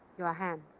your hands.